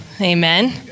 Amen